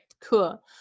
cool